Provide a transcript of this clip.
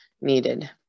needed